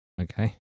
Okay